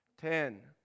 Ten